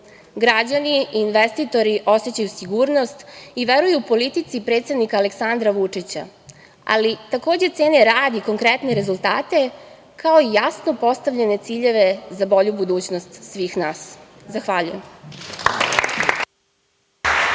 Građani i investitori osećaju sigurnost i veruju politici predsednika Aleksandra Vučića, ali, takođe, cene rad i konkretne rezultate kao i jasno postavljene ciljeve za bolju budućnost svih nas. Zahvaljujem.